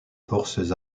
forces